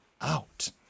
out